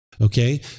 Okay